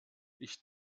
ich